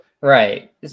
Right